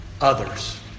others